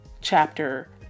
chapter